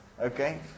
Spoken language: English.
Okay